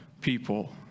people